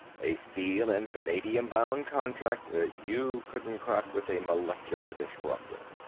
a steel-and-vanadium-bound contract that you couldn't crack with a molecular disruptor.